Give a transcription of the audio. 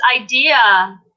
idea